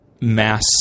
mass